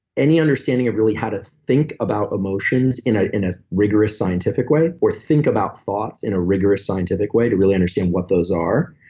any understanding of really how to think about emotions, in a in a rigorous scientific way or think about thoughts in a rigorous scientific way to really understand what those are.